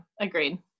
Agreed